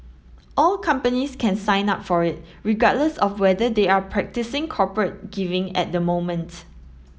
all companies can sign up for it regardless of whether they are practising corporate giving at the moment